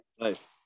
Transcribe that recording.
nice